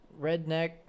redneck